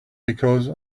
because